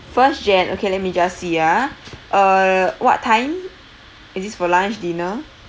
first jan okay let me just see ah uh what time is this for lunch dinner